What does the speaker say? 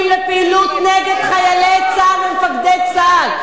לפעילות נגד חיילי צה"ל ומפקדי צה"ל.